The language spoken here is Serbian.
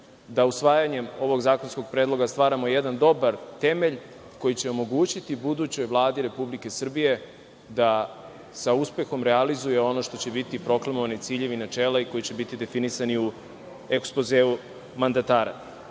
da usvajanjem ovog zakonskog predloga stvaramo jedan dobar temelj koji će omogućiti budućoj Vladi Republike Srbije da sa uspehom realizuje ono što će biti proklamovani ciljevi i načela i koji će biti definisani u ekspozeu mandatara. Smatramo